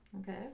okay